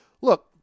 Look